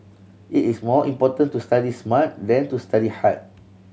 it is more important to study smart than to study hard